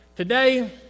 Today